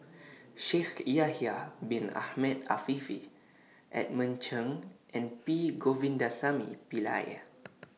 Shaikh Yahya Bin Ahmed Afifi Edmund Cheng and P Govindasamy Pillai